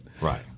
Right